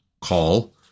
call